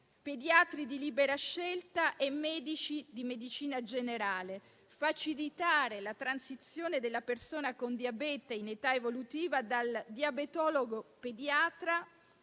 pediatri di libera scelta e medici di medicina generale; facilitare la transizione della persona con diabete in età evolutiva dal diabetologo pediatrico